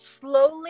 slowly